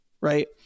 Right